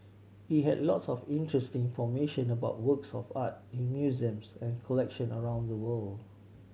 it had lots of interesting information about works of art in museums and collection around the world